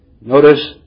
Notice